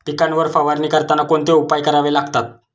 पिकांवर फवारणी करताना कोणते उपाय करावे लागतात?